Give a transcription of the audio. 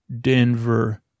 Denver